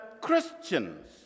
Christians